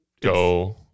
Go